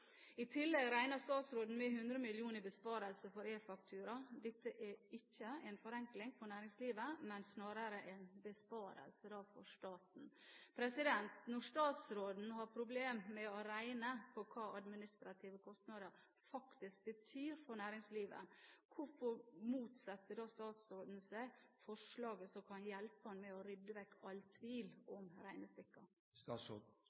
I tillegg regner statsråden med 100 mill. kr i besparelse for eFaktura. Dette er ikke en forenkling for næringslivet, men snarere en besparelse for staten. Når statsråden har problem med å regne på hva administrative kostnader faktisk betyr for næringslivet, hvorfor motsetter statsråden seg forslaget som kan hjelpe ham med å rydde vekk all tvil